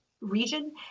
region